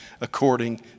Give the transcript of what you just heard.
according